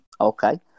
Okay